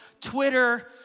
Twitter